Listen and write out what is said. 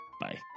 Bye